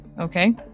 Okay